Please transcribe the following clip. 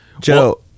Joe